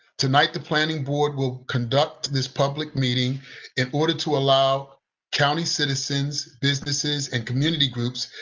tonight, the planning board will conduct this public meeting in order to allow county citizens, businesses, and community groups,